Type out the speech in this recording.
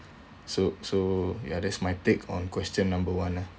so so ya that's my take on question number one lah